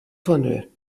tunnel